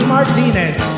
Martinez